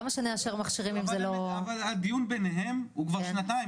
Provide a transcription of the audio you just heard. למה שנאשר מכשירים שלא --- אבל הדיון ביניהם הוא כבר שנתיים,